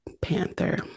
Panther